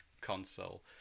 console